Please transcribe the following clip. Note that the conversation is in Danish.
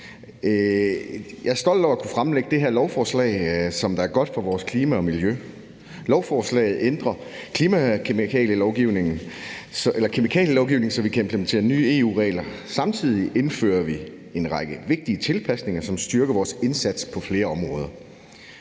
Jeg er stolt over at kunne fremlægge det her lovforslag, som er godt for vores klima og miljø. Lovforslaget ændrer kemikalielovgivningen, så vi kan implementere nye EU-regler. Samtidig indfører vi en række vigtige tilpasninger, som styrker vores indsats på flere områder.